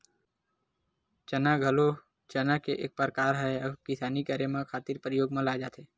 कटही चना घलो चना के एक परकार हरय, अहूँ ला किसानी करे खातिर परियोग म लाये जाथे